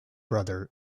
brother